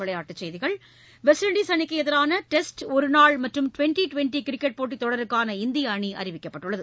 விளையாட்டுச் செய்திகள் West Indies அணிக்கு எதிரான டெஸ்ட் ஒருநாள் மற்றும் டிவெண்டி டிவெண்டி கிரிக்கெட் போட்டித் தொடருக்கான இந்திய அணி அறிவிக்கப்பட்டுள்ளது